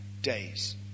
days